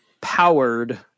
powered